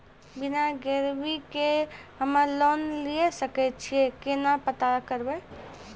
बिना गिरवी के हम्मय लोन लिये सके छियै केना पता करबै?